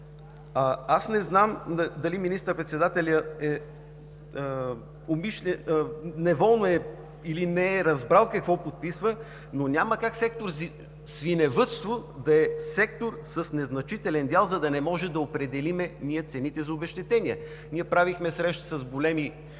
Аз не знам дали министър-председателят неволно или не е разбрал какво подписва, но няма как сектор „Свиневъдство“ да е сектор с незначителен дял, за да не можем ние да определим цените за обезщетения. Ние правихме среща с големи